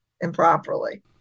improperly